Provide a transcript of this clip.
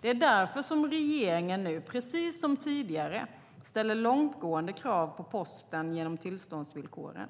Det är därför som regeringen nu, precis som tidigare, ställer långtgående krav på Posten genom tillståndsvillkoren.